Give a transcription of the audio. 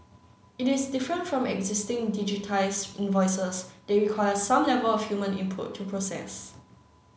it is different from existing digitised invoices that require some level of human input to process